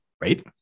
right